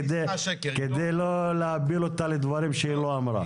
רק כדי לא להפיל אותה לדברים שהיא לא אמרה.